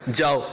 যাও